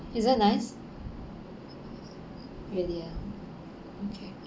is that nice really ah okay